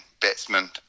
batsman